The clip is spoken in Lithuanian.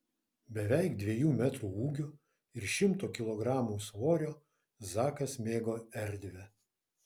beveik dviejų metrų ūgio ir šimto kilogramų svorio zakas mėgo erdvę